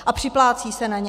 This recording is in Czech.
A připlácí se na ně.